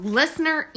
listener